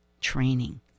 training